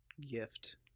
gift